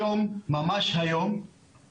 היום הוא לא קיים,